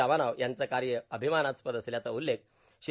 रामाराव यांचं कार्य अभिमानस्पद असल्याचा उल्लेख श्री